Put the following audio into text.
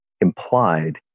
implied